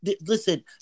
listen